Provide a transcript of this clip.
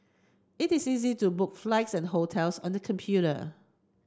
it is easy to book flights and hotels on the computer